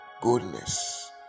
Goodness